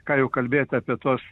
ką jau kalbėti apie tuos